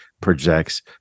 projects